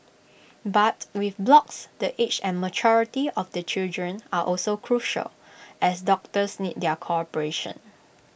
but with blocks the age and maturity of the children are also crucial as doctors need their cooperation